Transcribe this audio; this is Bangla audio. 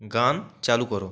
গান চালু করো